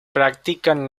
practican